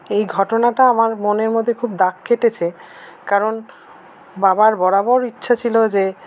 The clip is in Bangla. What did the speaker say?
এই ঘটনাটা আমার মনের মধ্যে খুব দাগ কেটেছে কারণ বাবার বরাবর ইচ্ছা ছিল যে